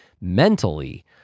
mentally